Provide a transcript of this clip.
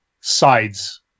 sides